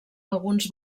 alguns